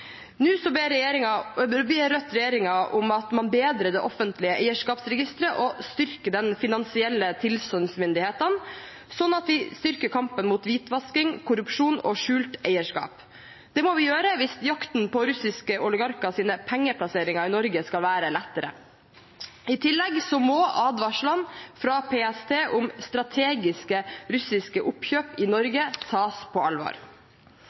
Nå ber Rødt regjeringen om at man bedrer det offentlige eierskapsregisteret og styrker de finansielle tilsynsmyndighetene, sånn at vi styrker kampen mot hvitvasking, korrupsjon og skjult eierskap. Det må vi gjøre hvis jakten på russiske oligarkers pengeplasseringer i Norge skal være lettere. I tillegg må advarslene fra PST om strategiske russiske oppkjøp i Norge tas på alvor.